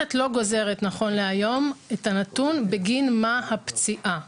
המערכת לא גוזרת נכון להיום את הנתון בגין מה הפציעה.